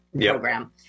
program